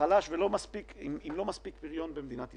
חלש עם לא מספיק פריון במדינת ישראל.